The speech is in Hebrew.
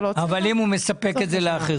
אבל אם הוא מספק את זה לאחרים?